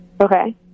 Okay